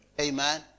Amen